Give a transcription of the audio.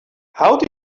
how